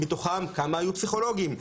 כמה מתוכם היו פסיכולוגים?